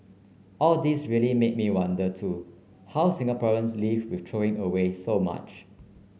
all this really made me wonder too how Singaporeans live with throwing away so much